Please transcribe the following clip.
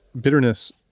bitterness